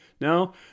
Now